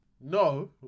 no